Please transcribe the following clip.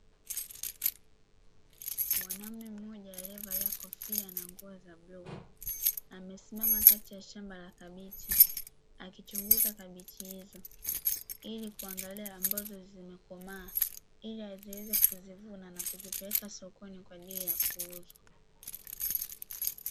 Mwanaume mmoja aliyevalia kofia na nguzo za bluu. Amesimama kati ya shamba la kabichi, akichunguza kabichi hizo ili kuangalia ambazo zimekomaa ili aweze kuzivuna na kuzipeleka sokoni kwa ajili ya kuuzwa.